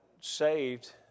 saved